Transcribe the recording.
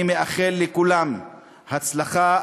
אני מאחל לכולם הצלחה.